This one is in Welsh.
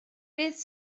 beth